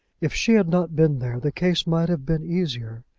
if she had not been there, the case might have been easier.